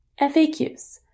FAQs